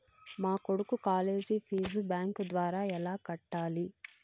మా కొడుకు college fees bank ద్వారా ఎలా కట్టాలి?